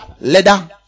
leather